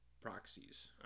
Proxies